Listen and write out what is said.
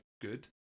Good